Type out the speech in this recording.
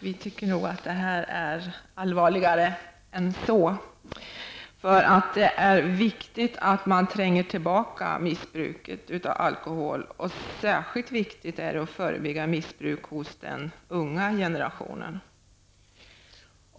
Vi tycker att det här ärendet är för allvarligt för att man skall göra det. Det är nämligen viktigt att tränga tillbaka bruket av alkohol, och särskilt viktigt är det att förebygga missbruk hos den unga generationen.